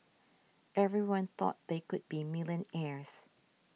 everyone thought they could be millionaires